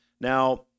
Now